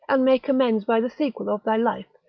and make amends by the sequel of thy life,